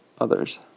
others